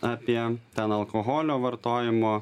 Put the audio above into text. apie ten alkoholio vartojimo